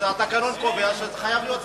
התקנון קובע שחייב להיות שר.